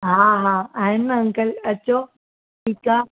हा हा आहिनि न अंकल अचो ठीकु आहे